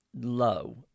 low